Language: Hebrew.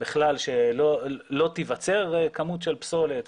בכלל שלא תיווצר כמות של פסולת,